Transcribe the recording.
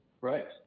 Right